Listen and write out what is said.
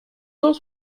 cent